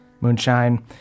Moonshine